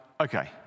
okay